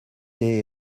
des